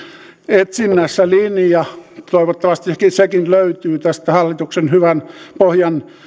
etsinnässä linja toivottavasti sekin löytyy tästä hallituksen hyvän pohjan